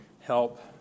help